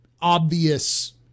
obvious